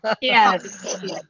yes